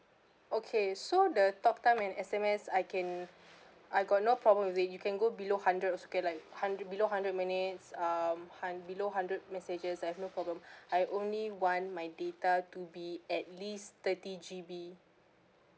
okay so the talk time and S_M_S I can I got no problem with it you can go below hundred also can like hundred below hundred minutes um hun~ below hundred messages I have no problem I only want my data to be at least thirty G_B